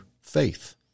faith